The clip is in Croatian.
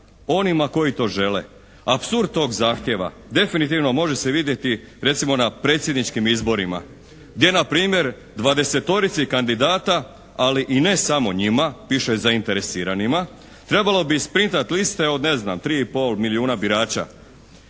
onima koji to žele. Apsurd tog zahtjeva, definitivno može se vidjeti recimo na predsjedničkim izborima gdje npr. dvadesetorici kandidata ali i ne samo njima, piše zainteresiranima, trebalo bi isprintat liste od 3 i pol milijuna birača,